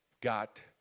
got